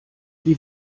die